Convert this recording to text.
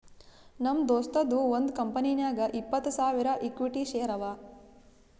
ನಮ್ ದೋಸ್ತದು ಒಂದ್ ಕಂಪನಿನಾಗ್ ಇಪ್ಪತ್ತ್ ಸಾವಿರ ಇಕ್ವಿಟಿ ಶೇರ್ ಅವಾ